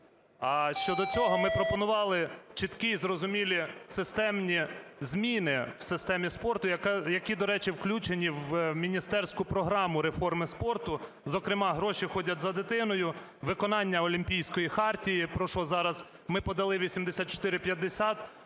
А щодо цього ми пропонували чіткі і зрозумілі системні зміни в системі спорту, які, до речі, включені в міністерську програму реформи спорту, зокрема "Гроші ходять за дитиною", виконання Олімпійської хартії, про що зараз ми подали 8450.